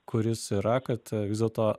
kuris yra kad vis dėlto